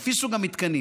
לפי סוג המתקנים.